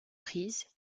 prises